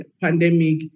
pandemic